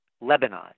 Lebanon